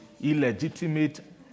illegitimate